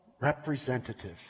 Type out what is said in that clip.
representative